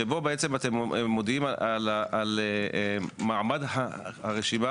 שבו אתם בעצם מודיעים על מעמד הרשימה,